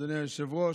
אדוני היושב-ראש,